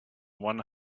one